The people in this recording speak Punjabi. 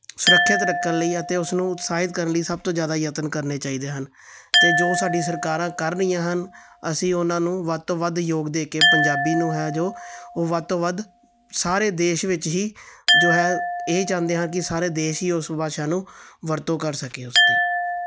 ਸੁਰੱਖਿਅਤ ਰੱਖਣ ਲਈ ਅਤੇ ਉਸਨੂੰ ਉਤਸਾਹਿਤ ਕਰਨ ਲਈ ਸਭ ਤੋਂ ਜ਼ਿਆਦਾ ਯਤਨ ਕਰਨੇ ਚਾਹੀਦੇ ਹਨ ਅਤੇ ਜੋ ਸਾਡੀ ਸਰਕਾਰਾਂ ਕਰ ਰਹੀਆਂ ਹਨ ਅਸੀਂ ਉਹਨਾਂ ਨੂੰ ਵੱਧ ਤੋਂ ਵੱਧ ਯੋਗ ਦੇ ਕੇ ਪੰਜਾਬੀ ਨੂੰ ਹੈ ਜੋ ਉਹ ਵੱਧ ਤੋਂ ਵੱਧ ਸਾਰੇ ਦੇਸ਼ ਵਿੱਚ ਹੀ ਜੋ ਹੈ ਇਹ ਚਾਹੁੰਦੇ ਹਨ ਕਿ ਸਾਰੇ ਦੇਸ਼ ਹੀ ਉਸ ਭਾਸ਼ਾ ਨੂੰ ਵਰਤੋਂ ਕਰ ਸਕੇ ਉਸ ਦੀ